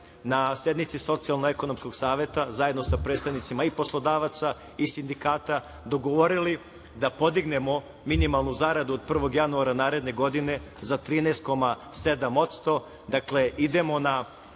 na sednici Socijalno-ekonomskog saveta, zajedno sa predstavnicima i poslodavaca i sindikata, dogovorili da podignemo minimalnu zaradu od 1. januara naredne godine za 13,7%.